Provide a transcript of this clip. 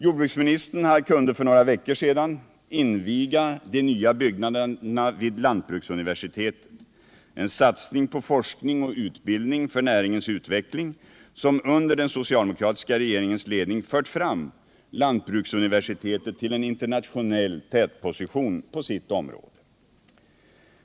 Jordbruksministern kunde för några veckor sedan vidare inviga de nya byggnaderna vid lantbruksuniversitetet, resultatet av en satsning på forskning och utbildning för näringens utveckling, som under den socialdemokratiska regeringens ledning fört fram lantbruksuniversitetet till en internationell tätposition på sitt område.